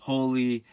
holy